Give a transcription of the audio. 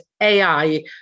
AI